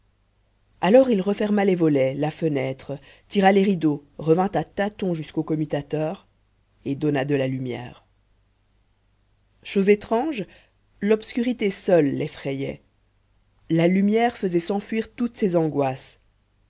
alors il referma les voleta la fenêtre tira les rideaux revint à tâtons jusqu'au commutateur et donna de la lumière chose étrange l'obscurité seule l'effrayait la lumière faisait s'enfuir toutes ses angoisses